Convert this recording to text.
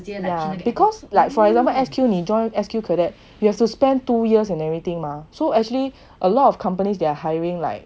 yeah because like for example S_Q 你 join S_Q cadet you have to spend two years and everything mah so actually a lot of companies they're hiring like